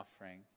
offering